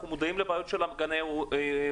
אנחנו מודעים לבעיות של בעלי האולמות,